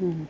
mm